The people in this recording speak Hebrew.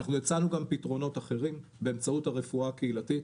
אנחנו הצענו גם פתרונות אחרים באמצעות הרפואה הקהילתית.